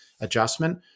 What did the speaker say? adjustment